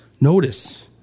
Notice